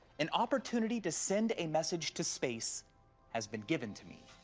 an opportunity to send a message to space has been given to me.